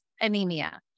anemia